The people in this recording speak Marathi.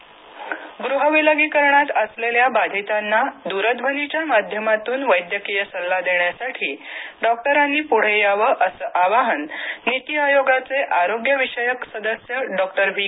पॉल गृहविलगीकरणात असलेल्या बाधितांना दूरध्वनीच्या माध्यमातून वैद्यकीय सल्ला देण्यासाठी डॉक्टरांनी पुढे यावं असं आवाहन नीती आयोगाचे आरोग्य विषयक सदस्य डॉक्टर व्ही